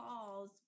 calls